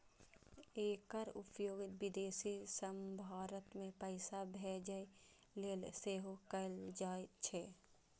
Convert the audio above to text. एकर उपयोग विदेश सं भारत मे पैसा भेजै लेल सेहो कैल जाइ छै